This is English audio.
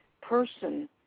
person